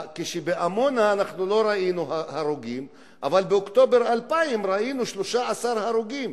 בעמונה אנחנו לא ראינו הרוגים אבל באוקטובר 2000 ראינו 13 הרוגים.